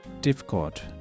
difficult